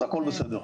אז הכול בסדר.